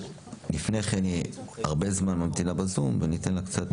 היא הרבה זמן ממתינה בזום וניתן לה קצת.